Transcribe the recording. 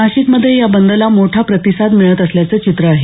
नाशिकमध्ये या बंदला मोठा प्रतिसाद मिळत असल्याचं चित्र आहे